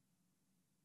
אחרי